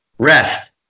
Ref